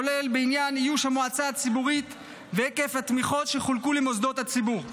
כולל בעניין איוש המועצה הציבורית והיקף התמיכות שחולקו למוסדות הציבור.